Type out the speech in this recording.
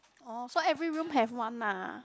oh so every room have one lah